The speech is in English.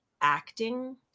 acting